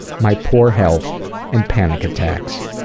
my poor health and panic attacks.